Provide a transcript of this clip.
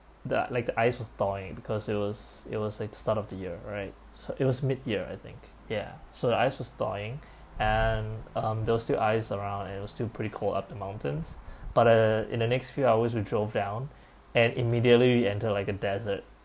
that like the ice was thawing because it was it was like the start of the year right so it was mid year I think ya so the ice was thawing and um there were still ice around it was still pretty cold up the mountains but uh in the next few hours we drove down and immediately we enter like a desert